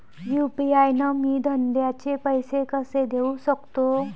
UPI न मी धंद्याचे पैसे कसे देऊ सकतो?